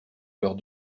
leurs